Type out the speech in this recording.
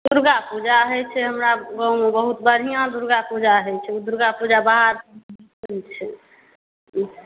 दुर्गा पूजा होइ छै हमरा गाँवमे बहुत बढ़िऑं दुर्गा पूजा होइ छै दुर्गा पूजा बाद